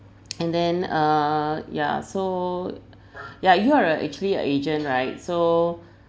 and then uh yeah so yeah you are a actually a agent right so